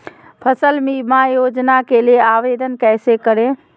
फसल बीमा योजना के लिए आवेदन कैसे करें?